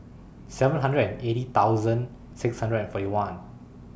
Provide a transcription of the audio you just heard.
seven hundred and eighty thousand six hundred and forty one